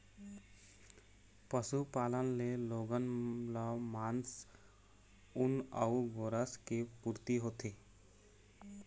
पशुपालन ले लोगन ल मांस, ऊन अउ गोरस के पूरती होथे